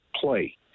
play